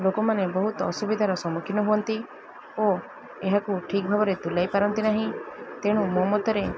ଲୋକମାନେ ବହୁତ ଅସୁବିଧାର ସମ୍ମୁଖୀନ ହୁଅନ୍ତି ଓ ଏହାକୁ ଠିକ୍ ଭାବରେ ତୁଲାଇ ପାରନ୍ତି ନାହିଁ ତେଣୁ ମୋ ମତରେ